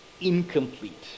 incomplete